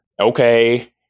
okay